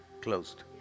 Closed